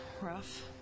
rough